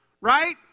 Right